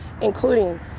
including